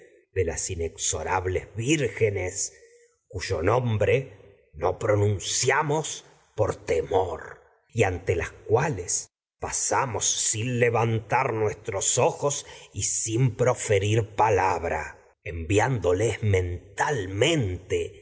bosque las inexorables y nombre no pronunciamos por temor levantar nuestros ante las cuales pasamos sin ojos y sin proferir palabra